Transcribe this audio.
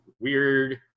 weird